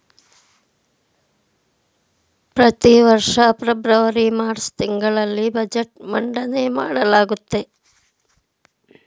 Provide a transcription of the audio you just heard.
ಪ್ರತಿವರ್ಷ February March ತಿಂಗಳಲ್ಲಿ budget ಮಂಡನೆ ಮಾಡಲಾಗುತ್ತೆ